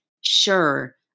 sure